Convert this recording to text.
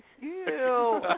Ew